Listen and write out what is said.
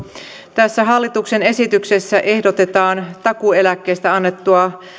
tässä hallituksen esityksessä ehdotetaan takuueläkkeestä annettua